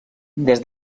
des